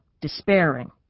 despairing